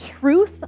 truth